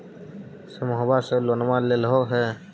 समुहवा से लोनवा लेलहो हे?